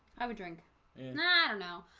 i would drink ah no